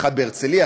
אחד בהרצליה,